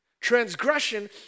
Transgression